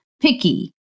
picky